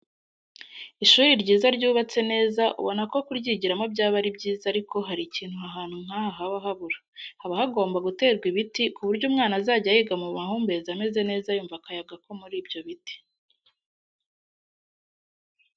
Ishuri ryiza ryubatse neza ubona ko kuryigiramo byaba ari byiza ariko hari ikintu ahantu nk'aha haba habura, haba hagomba guterwa ibiti, ku buryo umwana azajya yiga mu mahumbezi ameze neza yumva akayaga ko muri ibyo biti.